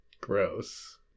Gross